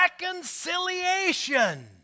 reconciliation